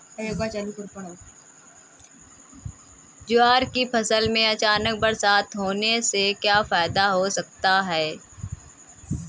ज्वार की फसल में अचानक बरसात होने से क्या फायदा हो सकता है?